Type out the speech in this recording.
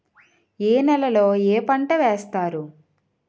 ఏ నేలలో ఏ పంట వేస్తారు?